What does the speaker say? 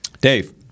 Dave